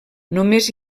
només